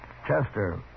Chester